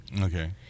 Okay